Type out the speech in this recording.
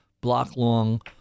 block-long